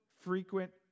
frequent